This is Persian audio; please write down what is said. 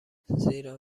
زیرا